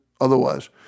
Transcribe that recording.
otherwise